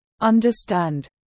understand